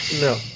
no